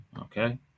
Okay